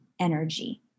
energy